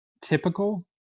Typical